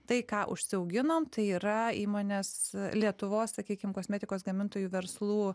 tai ką užsiauginom tai yra įmonės lietuvos sakykim kosmetikos gamintojų verslų